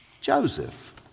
Joseph